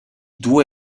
due